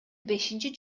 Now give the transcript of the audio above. бешинчи